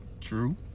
True